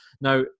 Now